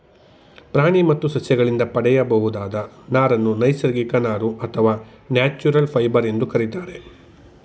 ಪ್ರಾಣಿ ಮತ್ತು ಸಸ್ಯಗಳಿಂದ ಪಡೆಯಬಹುದಾದ ನಾರನ್ನು ನೈಸರ್ಗಿಕ ನಾರು ಅಥವಾ ನ್ಯಾಚುರಲ್ ಫೈಬರ್ ಎಂದು ಕರಿತಾರೆ